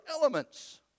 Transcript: elements